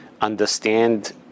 understand